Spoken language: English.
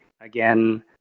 Again